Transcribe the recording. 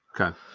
Okay